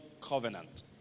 covenant